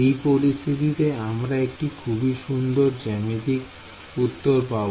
এই পরিস্থিতিতে আমরা একটি খুবই সুন্দর জ্যামিতিক উত্তর পাব